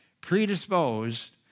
predisposed